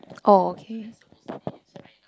oh okay